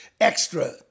extra